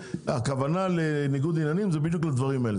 הכוונה לניגוד עניינים זה בדיוק לדברים האלה.